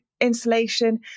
insulation